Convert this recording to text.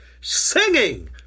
singing